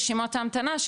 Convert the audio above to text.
רשימות ההמתנה,